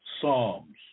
Psalms